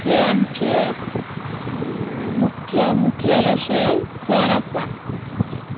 हे आमचे मुख्य मुखेल अशे सण आसा